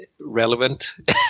relevant